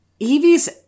Evie's